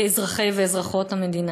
אזרחי ואזרחיות המדינה.